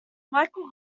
michael